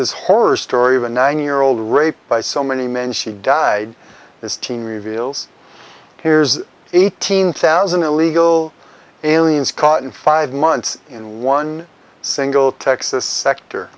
isis horror story of a nine year old raped by so many men she died this teen reveals here's eighteen thousand illegal aliens caught in five months in one single texas sector